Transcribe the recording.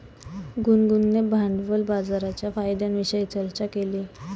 गुनगुनने भांडवल बाजाराच्या फायद्यांविषयी चर्चा केली